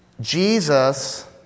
Jesus